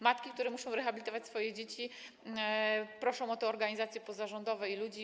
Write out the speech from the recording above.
Matki, które muszą rehabilitować swoje dzieci, proszą o to organizacje pozarządowe i ludzi.